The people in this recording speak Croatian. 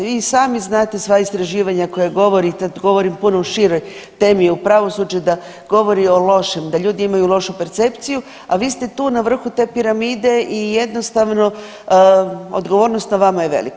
Vi i sami znate, sva istraživanja koja, govorim, kad govorim o puno široj temi o pravosuđe, da govori o lošem, da ljudi imaju lošu percepciju, a vi ste tu na vrhu te piramide i jednostavno, odgovornost na vama je velika.